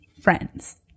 friends